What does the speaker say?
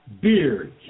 beards